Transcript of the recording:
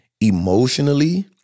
emotionally